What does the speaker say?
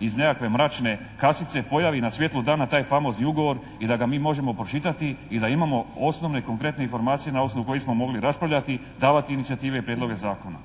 iz nekakve mračne kasice pojavi na svjetlu dana taj famozni ugovor i da ga mi možemo pročitati i da imamo osnovne konkretne informacije na osnovu kojih smo mogli raspravljati, davati inicijative i prijedloge zakona